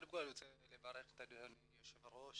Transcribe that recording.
קודם כל אני רוצה לברך את יושב הראש